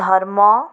ଧର୍ମ